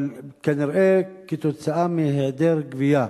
אבל כנראה כתוצאה מהיעדר גבייה,